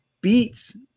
beats